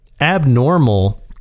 abnormal